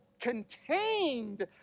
contained